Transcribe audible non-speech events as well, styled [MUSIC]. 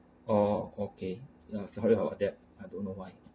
oh okay yeah sorry [LAUGHS] about that I don't know why